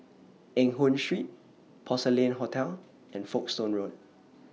Eng Hoon Street Porcelain Hotel and Folkestone Road